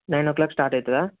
nine ఓ క్లోక్కి start అవుతుందా